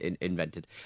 invented